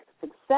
success